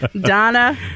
donna